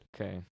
Okay